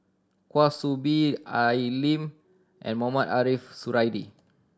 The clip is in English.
Kwa Soon Bee Al E Lim and Mohamed Ariff Suradi